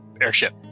airship